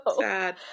Sad